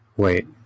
Wait